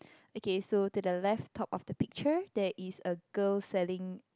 okay so to the left top of the picture there is a girl selling